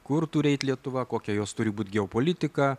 kur turi eit lietuva kokia jos turi būti geopolitika